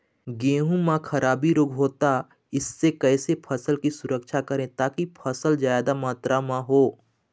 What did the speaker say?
गेहूं म खराबी रोग होता इससे कैसे फसल की सुरक्षा करें ताकि फसल जादा मात्रा म हो?